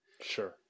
Sure